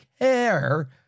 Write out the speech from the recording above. care